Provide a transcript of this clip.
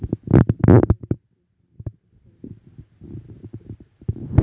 संपूर्ण इतिहासात आंतरराष्ट्रीय व्यापार अस्तित्वात असा